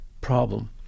problem